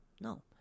no